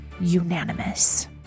unanimous